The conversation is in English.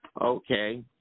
Okay